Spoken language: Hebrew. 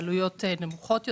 בעלויות נמוכות יותר,